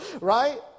Right